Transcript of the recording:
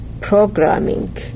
programming